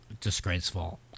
disgraceful